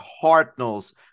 Cardinals